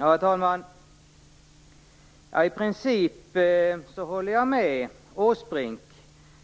Herr talman! I princip håller jag med Åsbrink